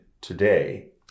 today